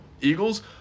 Eagles